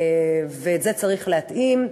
ואת זה צריך להתאים.